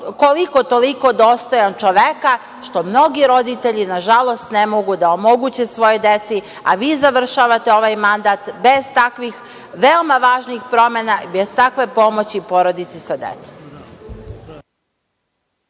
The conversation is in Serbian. koliko toliko dostojan čoveka, što mnogi roditelji na žalost ne mogu da omoguće svojoj deci, a vi završavate ovaj mandat, bez takvih veoma važnih promena i bez takve pomoći porodicama sa decom.